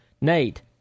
Nate